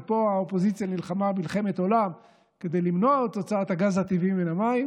ופה האופוזיציה נלחמה מלחמת עולם כדי למנוע את הוצאת הגז הטבעי מן המים,